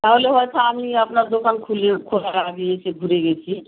তাহলে হয়তো আমি আপনার দোকান খোলার আগে এসে ঘুরে গেছি